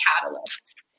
catalyst